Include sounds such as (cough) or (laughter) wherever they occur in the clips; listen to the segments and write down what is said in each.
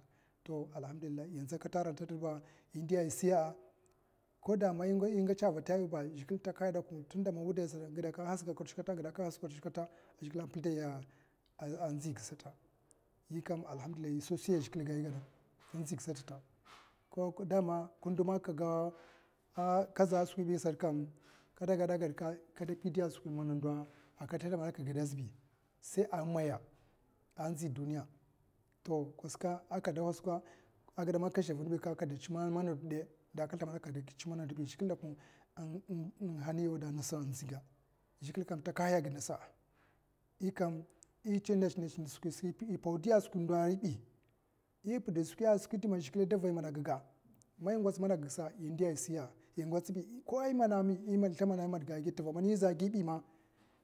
(noise) To alhamdulillahi inza kata ara tmba i ndiya'a isiya'a koda man igatsa avatiyabi zhikle intaka haya tunda wudai sata ngida haska kuta ngida haskada kuta zhiklu a pidiya a nziga sata yikam alhamdulillah susi igana zhikle inziga satata (noise) daman ka ndo man ka gaw kadageda kagud ka kapidiya askwi mana ndo kaslaha'a, ka guda azibi sai a maya a nzi duniya to koske a kada waske agida man ka zhavinbi akada tswa mana ndo dai da ka slimbada kada tswa mana ndobi zhikle dakun in hanya wuda agid nasa zhikle kam intakaya agid nasa yikam ita ndas ndasa i podiya skwi ndo ayibi i pid skwi a mama skwi man zhikle davai mana gaga man i gwats mana gagasa indiya isiya'a, igwatsbi ko imona amiya islimbada, manga a gidtiva man izha'agibi ma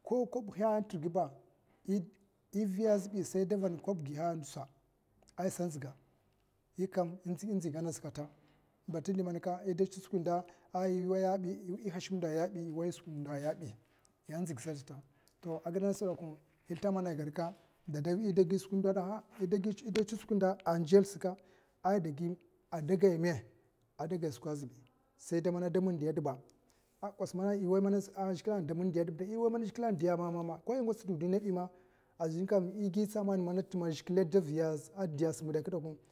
ko kobhiya tigiba saida ivana kob a gihaya a ndunsa isa nziga yikam inziga nas kata tidimanka idatsi suki ndo iwaiya'a yabi ihash munda a yabi i wai suki ndo yabi yainziga satata i slimbada igwaka i da tswa a sukinda a njal sika adagaime a da gai suka azibi sai dai aamindiya dibba a zhikle a ada mindiya dibbadai i wai mana zhikle an diya mama ko igwats giwa sldinabima azin kam igi tsaman ya a diya sim ngida kakku.